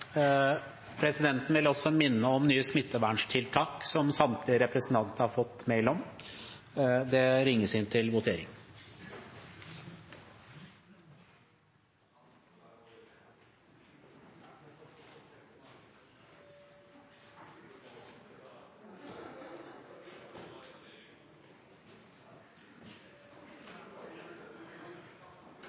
Presidenten vil også minne om nye smitteverntiltak, som samtlige representanter har fått mail om. Stortinget går da til votering